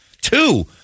Two